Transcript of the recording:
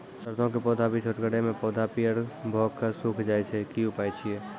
सरसों के पौधा भी छोटगरे मे पौधा पीयर भो कऽ सूख जाय छै, की उपाय छियै?